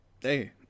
Hey